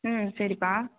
ம் சரிப்பா